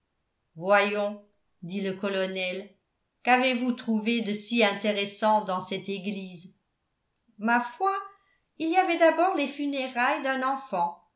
voyons dit le colonel qu'avez-vous trouvé de si intéressant dans cette église ma foi il y avait d'abord les funérailles d'un enfant